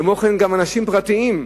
כמו כן אנשים פרטיים,